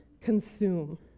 consume